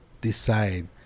decide